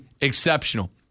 exceptional